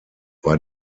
war